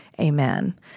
Amen